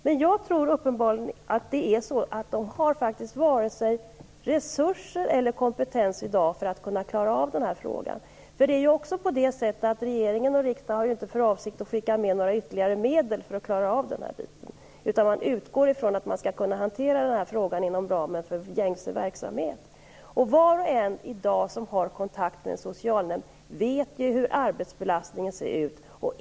Men de har i dag varken resurser eller kompetens att klara frågan. Regeringen och riksdagen har inte för avsikt att skicka med några ytterligare medel. Man utgår från att frågan skall hanteras inom ramen för gängse verksamhet. Var och en som i dag har kontakt med en socialnämnd vet omfattningen på arbetsbelastningen.